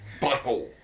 Butthole